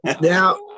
Now